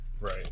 Right